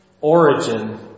origin